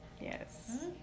Yes